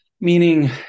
Meaning